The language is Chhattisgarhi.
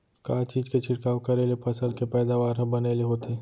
का चीज के छिड़काव करें ले फसल के पैदावार ह बने ले होथे?